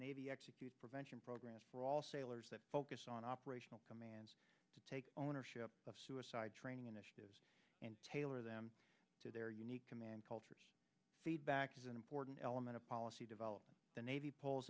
navy prevention programs for all sailors that focus on operational commands to take ownership of suicide training initiatives and tailor them to their unique command cultures feedback is an important element of policy development the navy pulls